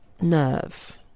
nerve